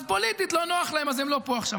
אז פוליטית לא נוח להם, אז הם לא פה עכשיו.